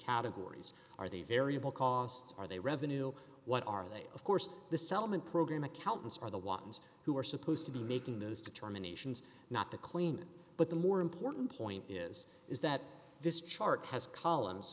categories are they variable costs are they revenue what are they of course the settlement program accountants are the ones who are supposed to be making those determinations not the claimant but the more important point is is that this chart has col